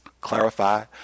clarify